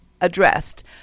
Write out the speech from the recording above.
addressed